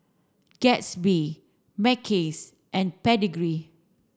Gatsby Mackays and Pedigree